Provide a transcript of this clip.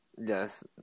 Yes